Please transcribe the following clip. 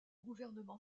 gouvernement